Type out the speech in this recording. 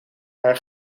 haar